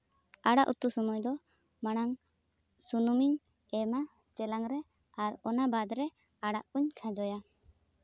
ᱟᱲᱟᱜ ᱩᱛᱩ ᱥᱚᱢᱚᱭ ᱫᱚ ᱢᱟᱲᱟᱝ ᱥᱩᱱᱩᱢᱤᱧ ᱮᱢᱼᱟ ᱪᱮᱞᱟᱝ ᱨᱮ ᱟᱨ ᱚᱱᱟ ᱵᱟᱫ ᱨᱮ ᱟᱲᱟᱜ ᱠᱚᱧ ᱠᱷᱟᱡᱚᱭᱟ